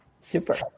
Super